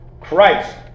Christ